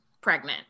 pregnant